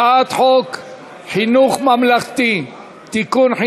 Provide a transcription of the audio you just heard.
הצעת חוק חינוך ממלכתי (תיקון,